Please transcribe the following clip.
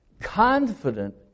confident